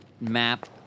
map